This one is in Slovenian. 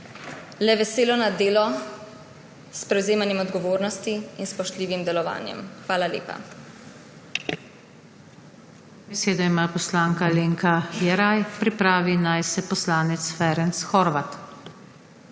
le veselo na delo s prevzemanjem odgovornosti in spoštljivim delovanjem. Hvala lepa.